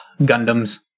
Gundams